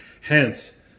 Hence